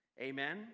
amen